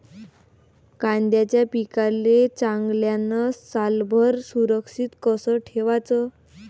कांद्याच्या पिकाले चांगल्यानं सालभर सुरक्षित कस ठेवाचं?